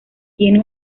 tiene